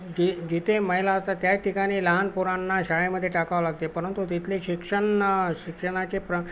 जे जेथे महिला असतात त्या ठिकाणी लहानपोरांना शाळेमध्ये टाकावं लागते परंतु तिथले शिक्षण शिक्षणाचे प्र